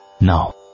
Now